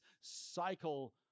cycle